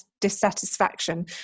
dissatisfaction